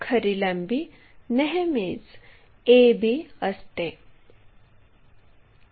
खरी लांबी नेहमीच AB असते